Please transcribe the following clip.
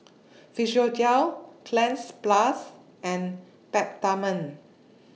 Physiogel Cleanz Plus and Peptamen